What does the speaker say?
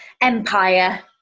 Empire